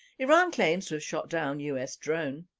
iran claims to have shot down us drone